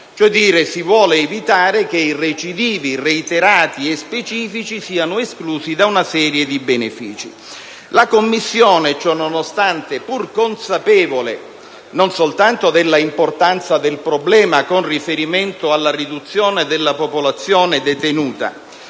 cioè, evitare che i recidivi, reiterati o specifici siano esclusi da una serie di benefici. La Commissione, ciononostante, pur consapevole non soltanto dell'importanza del problema con riferimento alla riduzione della popolazione detenuta,